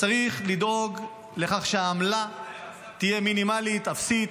צריך לדאוג לכך שהעמלה תהיה מינימלית, אפסית,